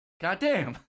Goddamn